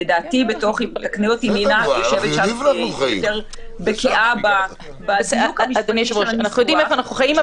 בסדר, אנחנו יודעים איפה אנחנו חיים.